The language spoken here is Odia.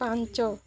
ପାଞ୍ଚ